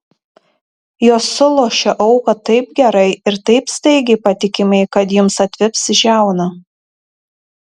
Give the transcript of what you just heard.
jos sulošia auką taip gerai ir taip staigiai patikimai kad jums atvips žiauna